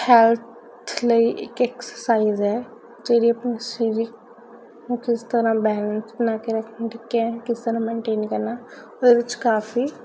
health ਲਈ ਇੱਕ exercise ਹੈ ਜਿਹੜੀ ਆਪਣੀ ਸਰੀਰਿਕ ਕਿਸ ਤਰ੍ਹਾਂ ਬੈਲੰਸ ਬਣਾ ਕੇ ਰੱਖਣਾ ਠੀਕ ਹੈ ਕਿਸ ਤਰ੍ਹਾਂ ਮੈਨਟੇਨ ਕਰਨਾ ਉਹਦੇ ਵਿੱਚ ਕਾਫੀ